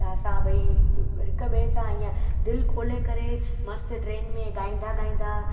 त असां भई हिकु ॿिए सां हीअं दिलि खोले करे मस्तु ट्रेन में ॻाईंदा ॻाईंदा